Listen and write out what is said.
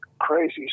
crazy